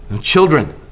Children